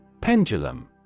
Pendulum